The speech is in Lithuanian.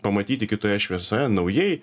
pamatyti kitoje šviesoje naujai